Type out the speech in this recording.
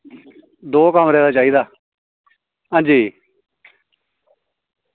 दौ कमरे दा चाहिदा अंजी